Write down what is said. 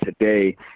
today